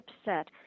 upset